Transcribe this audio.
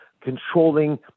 controlling